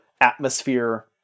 atmosphere